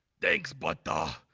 thanks but,